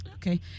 Okay